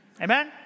Amen